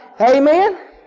Amen